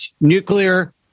nuclear